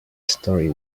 story